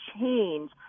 change